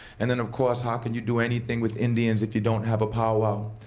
and then, of course, how can you do anything with indians if you don't have a powwow?